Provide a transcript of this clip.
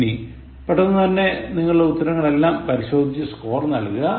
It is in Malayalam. ഇനി പെട്ടന്നു തന്നെ നിങ്ങളുടെ ഉത്തരങ്ങൾ എല്ലാം പരിശോധിച്ച് സ്കോർ നൽകുക